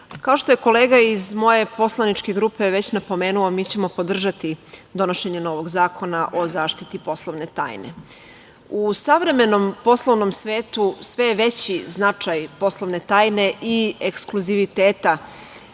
kao što je kolega iz moje poslaničke grupe već napomenuo, mi ćemo podržati donošenje novog Zakona o zaštiti poslovne tajne.U savremenom poslovnom svetu sve je veći značaj poslovne tajne i ekskluziviteta